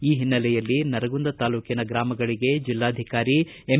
ಈ ಹಿನ್ನೆಲೆಯಲ್ಲಿ ನರಗುಂದ ತಾಲೂಕಿನ ಗ್ರಾಮಗಳಿಗೆ ಜಿಲ್ಲಾಧಿಕಾರಿ ಎಂ